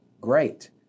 great